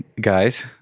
guys